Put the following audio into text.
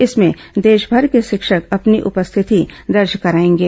इसमें देशमर के शिक्षक अपनी उपस्थिति दर्ज कराएंगे